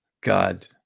god